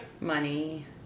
Money